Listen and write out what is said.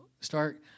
start